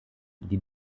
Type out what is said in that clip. die